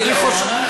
תאמין לי שהקשבתי.